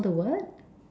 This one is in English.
all the what